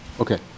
Okay